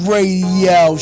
Radio